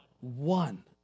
One